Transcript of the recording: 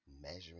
measuring